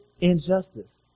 injustice